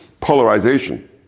polarization